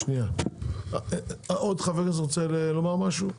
שנייה, עוד חבר כנסת רוצה לומר משהו?